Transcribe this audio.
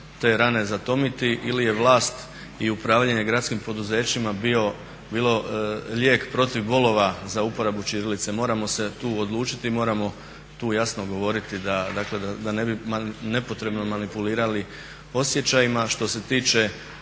te rane zatomiti ili je vlast i upravljanje gradskim poduzećima bilo lijek protiv bolova za uporabu ćirilice. Moramo se tu odlučiti i moramo tu jasno govoriti da ne bi nepotrebno manipulirali osjećajima. Što se tiče